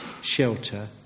shelter